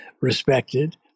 respected